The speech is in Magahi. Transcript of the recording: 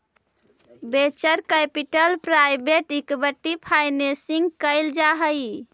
venture capital private equity financing कैल जा हई